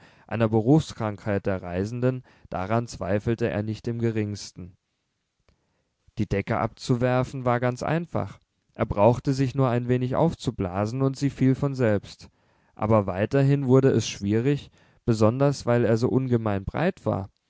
einer berufskrankheit der reisenden daran zweifelte er nicht im geringsten die decke abzuwerfen war ganz einfach er brauchte sich nur ein wenig aufzublasen und sie fiel von selbst aber weiterhin wurde es schwierig besonders weil er so ungemein breit war